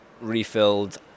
refilled